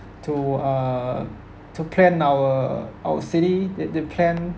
to uh to plan our our city th~ they plan